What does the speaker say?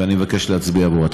ואני מבקש להצביע עבורה.